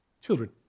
Children